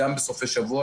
גם בסופי שבוע,